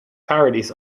parodies